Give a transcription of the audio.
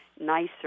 nicer